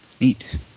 Neat